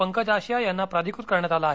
पंकज आशिया यांना प्राधिकृत करण्यात आलं आहे